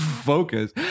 focus